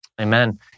Amen